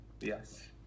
yes